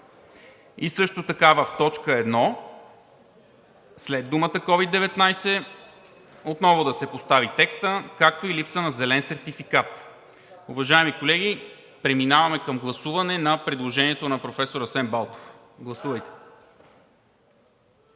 И в точка 1: – след думите „COVID-19“ отново да се постави текстът „както и липса на зелен сертификат“. Уважаеми колеги, преминаваме към гласуване на предложението на професор Асен Балтов. Гласувайте.